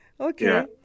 Okay